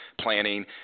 planning